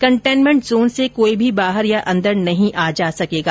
containment zone से कोई भी बाहर या अंदर नहीं आ जा सकेगा